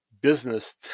business